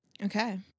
okay